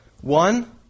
One